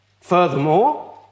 Furthermore